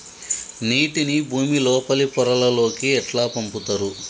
నీటిని భుమి లోపలి పొరలలోకి ఎట్లా పంపుతరు?